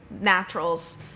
naturals